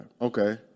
Okay